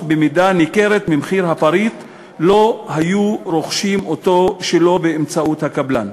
במידה ניכרת ממחיר הפריט לו היה נרכש שלא באמצעות הקבלן,